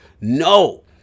no